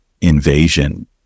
invasion